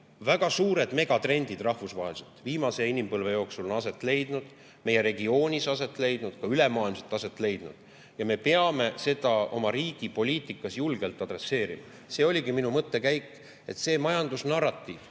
Väga suured megatrendid on rahvusvaheliselt viimase inimpõlve jooksul aset leidnud. Need on meie regioonis aset leidnud, ka ülemaailmselt aset leidnud ja me peame seda oma riigi poliitikas julgelt adresseerima. See oligi minu mõttekäik, et selles majandusnarratiivis,